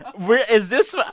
where is this